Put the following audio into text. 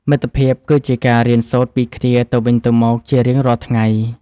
មិត្តភាពគឺជាការរៀនសូត្រពីគ្នាទៅវិញទៅមកជារៀងរាល់ថ្ងៃ។